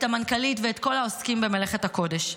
את המנכ"לית ואת כל העוסקים במלאכת הקודש.